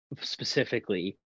specifically –